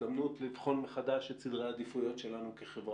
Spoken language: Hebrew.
הזדמנות לבחון מחדש את סדרי העדיפויות כחברה,